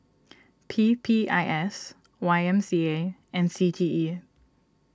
P P I S Y M C A and C T E